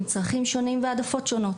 עם צרכים שונים והעדפות שונות.